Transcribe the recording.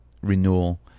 renewal